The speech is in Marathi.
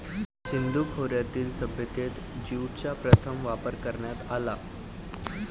सिंधू खोऱ्यातील सभ्यतेत ज्यूटचा प्रथम वापर करण्यात आला